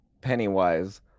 Pennywise